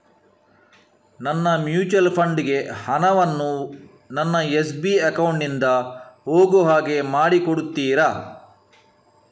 ನನ್ನ mutual fund ಗೆ ಹಣ ವನ್ನು ನನ್ನ ಎಸ್.ಬಿ ಅಕೌಂಟ್ ನಿಂದ ಹೋಗು ಹಾಗೆ ಮಾಡಿಕೊಡುತ್ತೀರಾ?